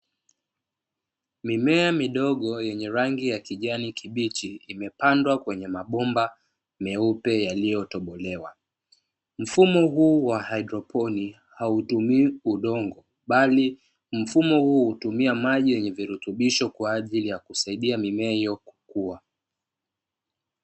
Mimea midogo yenye rangi ya kijani kibichi imepandwa kwenye mabomba meupe yaliyotobolewa. Mfumo huu wa haidroponi hautumii udongo bali mfumo huu hutumia maji yenye virutubisho kwa ajili kusaidia mimea hiyo kukua.